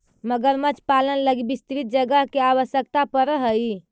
मगरमच्छ पालन लगी विस्तृत जगह के आवश्यकता पड़ऽ हइ